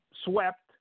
swept